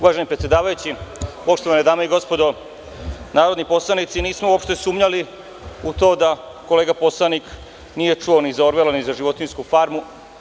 Uvaženi predsedavajući, poštovane dame i gospodo narodni poslanici, nismo uopšte sumnjali u to da kolega poslanik nije čuo ni za Orvela, ni za „Životinjsku farmu“